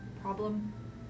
problem